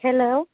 hello